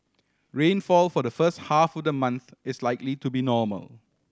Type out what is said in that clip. rainfall for the first half the month is likely to be normal